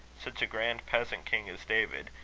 such a grand peasant king as david,